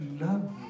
love